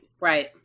Right